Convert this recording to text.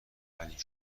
اولین